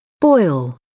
Boil